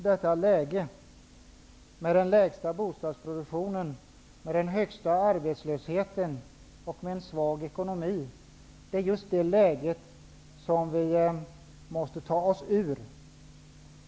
Detta läge med den lägsta bostadsproduktionen, med den högsta arbetslösheten och en svag ekonomi är just det läge som vi måste ta oss ur.